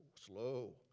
Slow